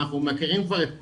אנחנו מכירים כבר את כל,